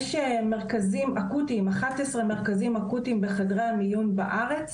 יש 11 מרכזים אקוטיים בחדרי המיון בארץ,